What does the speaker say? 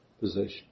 position